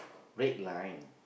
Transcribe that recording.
red line